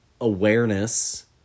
awareness